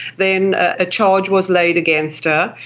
then a charge was laid against her,